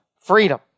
Freedom